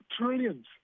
trillions